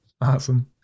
Awesome